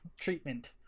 treatment